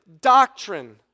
doctrine